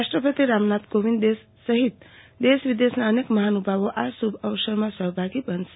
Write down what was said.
રાષ્ટ્રપતિ રામનાથ કોવિંદ દેશ વિદેશના અનેક મહાનુભાવો આ શુભ અવસરમાં સહભાગી બનશે